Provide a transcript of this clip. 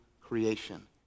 creation